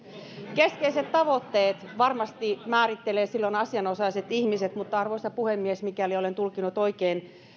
keskeiset tavoitteet määrittelevät varmasti silloin asianosaiset ihmiset mutta arvoisa puhemies mikäli olen tulkinnut oikein